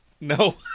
No